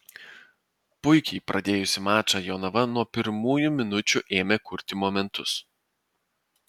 puikiai pradėjusi mačą jonava nuo pirmųjų minučių ėmė kurti momentus